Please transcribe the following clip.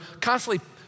constantly